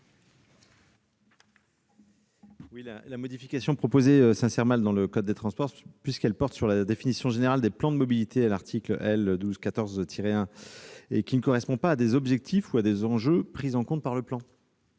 La modification proposée s'insère mal dans le cadre des transports, puisqu'elle porte sur la définition générale des plans de mobilité, à l'article L. 1214-1 du code des transports, et qu'elle ne correspond pas à des objectifs ou à des enjeux pris en compte par le plan.